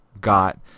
got